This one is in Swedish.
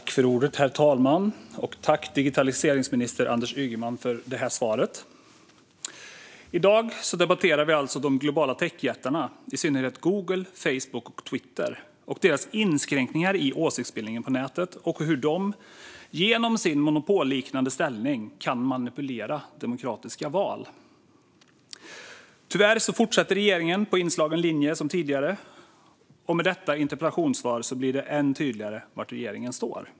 Herr talman! Tack, digitaliseringsminister Anders Ygeman, för svaret! I dag debatterar vi alltså de globala techjättarna, i synnerhet Google, Facebook och Twitter, och deras inskränkningar i åsiktsbildningen på nätet samt hur de genom sin monopolliknande ställning kan manipulera demokratiska val. Tyvärr fortsätter regeringen på den sedan tidigare inslagna linjen, och med detta interpellationssvar blir det än tydligare var regeringen står.